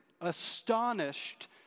astonished